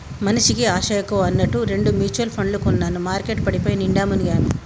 మనిషికి ఆశ ఎక్కువ అన్నట్టు రెండు మ్యుచువల్ పండ్లు కొన్నాను మార్కెట్ పడిపోయి నిండా మునిగాను